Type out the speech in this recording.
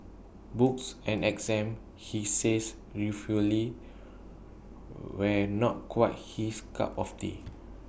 books and exams he says ruefully were not quite his cup of tea